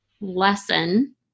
lesson